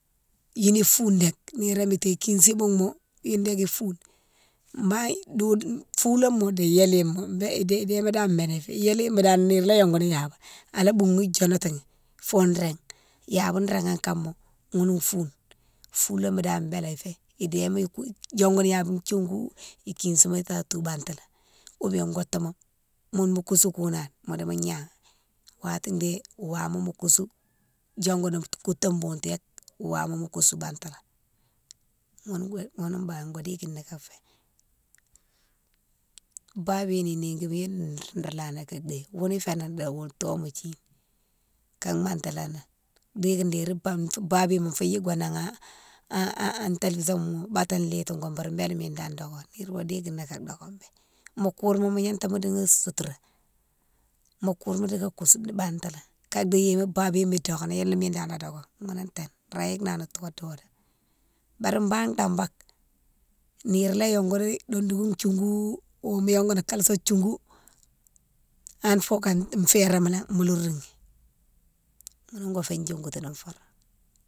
Younou foune dék niroma té, kissi boughma younne dane foune bane fouloma di yéléma bélé déma dane fé, yéléma dane nire ya yongouni iyabe, ala boughi dionati ni fo rin iyabe ringhékama ghounne foune, fouloma dane bélé fé idéma yongouni iyabé thiogou, ikissima tatou bantala, oubien woutouma mounne mo kousou kounan modi mo gnaghé, wati dé waouma mo koussou diogoni kouté bountéke waouma mo koussou bantalé ghounne, ghounne bane yo dékiné ka fé. Babiyone néki younne nro léni ka déye, younnou fénan di wou touma kine ka mantalali dihiki déri babiyone fo yike nangha an télévisone ma baté litigo bourou bélé mine dane doké nire wo dékini ka doké bé. Mo kourma mo gnata dighi soutoura, mo kourma dika kousouni bantala ka déye gnéma babiyone dokéni younne mine dane lé doké younnou té nra yike nani to di to. Bari banne dambake nire lé yongouni dondongou thiougou ou mo yongani kalsa thiougou hanne ka féréma lé mo louroughi ghounne ka fé diogoutou fouré.